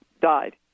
died